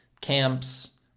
camps